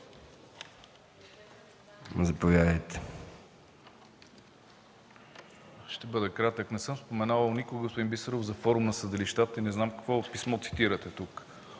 Заповядайте.